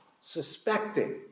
suspecting